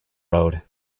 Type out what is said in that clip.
road